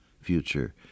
future